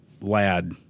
lad